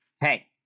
hey